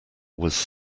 was